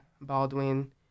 Baldwin